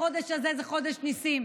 החודש הזה הוא חודש ניסים,